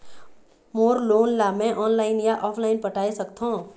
मोर loan ला मैं online या ऑफलाइन पटाए सकथों?